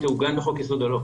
היא תעוגן בחוק-יסוד או לא.